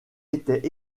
étaient